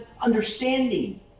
understanding